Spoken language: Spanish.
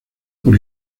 por